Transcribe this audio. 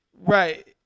Right